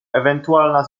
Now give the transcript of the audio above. ewentualna